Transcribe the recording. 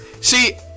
see